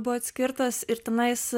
buvo atskirtas ir tenais